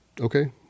okay